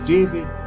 David